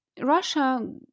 Russia